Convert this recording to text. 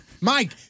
Mike